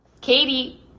Katie